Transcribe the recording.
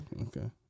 okay